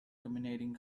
dominating